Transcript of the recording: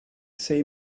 sei